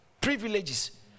privileges